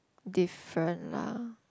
different lah